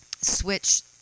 switch